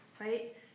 right